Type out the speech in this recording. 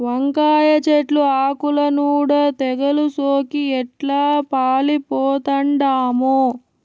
వంకాయ చెట్లు ఆకుల నూడ తెగలు సోకి ఎట్లా పాలిపోతండామో